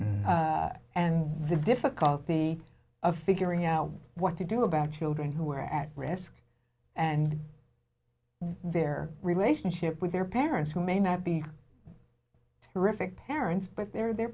about and the difficulty of figuring out what to do about children who are at risk and their relationship with their parents who may not be terrific parents but they're their